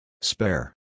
Spare